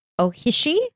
Ohishi